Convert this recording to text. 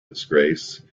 disgrace